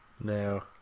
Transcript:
No